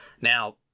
Now